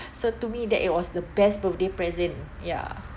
so to me that it was the best birthday present ya